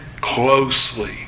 closely